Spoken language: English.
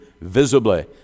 visibly